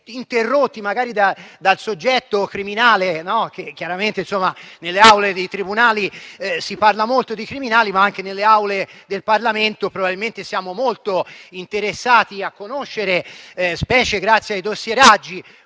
interrotti, magari dal soggetto criminale. Nelle aule dei tribunali si parla molto di criminali, ma anche nelle Aule del Parlamento probabilmente siamo molto interessati a conoscere, specie grazie ai dossieraggi,